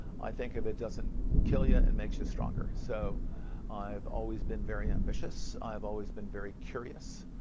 i think if it doesn't kill you, it and makes you stronger. so i've always been very ambitious. i've always been very curious.